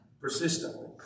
persistently